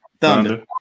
Thunder